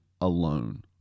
alone